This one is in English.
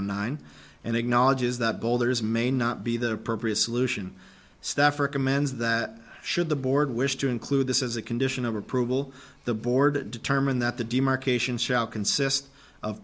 to nine and acknowledges that boulders may not be the appropriate solution staffer commands that should the board wish to include this as a condition of approval the board determined that the demarcation shall consist of